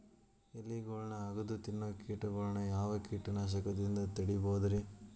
ಎಲಿಗೊಳ್ನ ಅಗದು ತಿನ್ನೋ ಕೇಟಗೊಳ್ನ ಯಾವ ಕೇಟನಾಶಕದಿಂದ ತಡಿಬೋದ್ ರಿ?